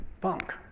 punk